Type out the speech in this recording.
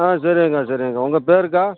ஆ சேரிங்கக்கா சேரிங்கக்கா உங்கள் பேருக்கா